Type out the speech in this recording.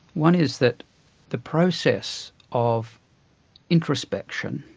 one is that the process of introspection,